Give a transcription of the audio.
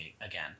again